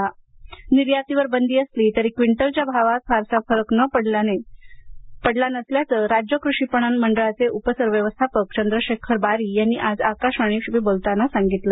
जरी निर्यातीवर बंदी असली तरी क्विंटल च्या भावात फारसा फरक पडला नसल्याचे राज्य कृषी पणन मंडळाचे उप सर व्यवस्थापक चंद्रशेखर बारी यांनी आज आकाशवाणीशी बोलताना दिली